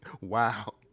wow